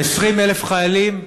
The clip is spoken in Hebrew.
20,000 חיילים,